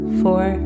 four